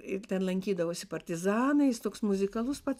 ir ten lankydavosi partizanai jis toks muzikalus pats